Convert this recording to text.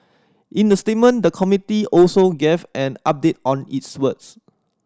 in the statement the committee also gave an update on its works